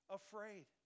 afraid